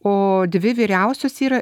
o dvi vyriausios yra